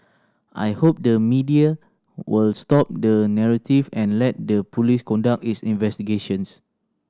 I hope the media will stop the narrative and let the police conduct its investigations